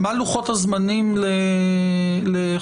מה לוחות הזמנים לחובת